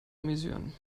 amüsieren